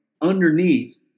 underneath